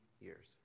years